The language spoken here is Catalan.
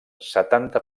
setanta